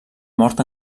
mort